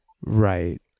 Right